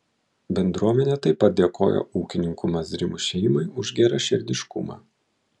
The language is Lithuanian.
bendruomenė taip pat dėkoja ūkininkų mazrimų šeimai už geraširdiškumą